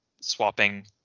swapping